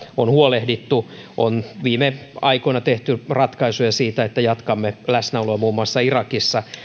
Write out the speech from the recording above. on huolehdittu viime aikoina on tehty ratkaisuja siitä että jatkamme läsnäoloa muun muassa irakissa